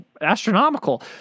astronomical